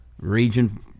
region